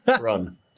Run